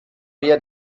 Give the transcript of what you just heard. wer